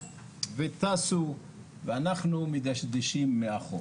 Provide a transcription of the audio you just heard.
וטסו, ואנחנו מדשדשים מאחור.